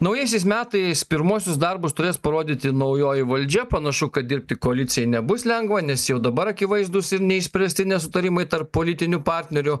naujaisiais metais pirmuosius darbus turės parodyti naujoji valdžia panašu kad dirbti koalicijai nebus lengva nes jau dabar akivaizdūs ir neišspręsti nesutarimai tarp politinių partnerių